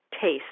taste